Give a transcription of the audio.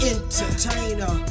Entertainer